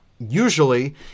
usually